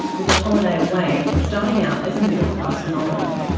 with the holiday away starting out as a middle-class phenomenon.